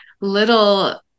little